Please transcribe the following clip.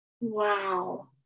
Wow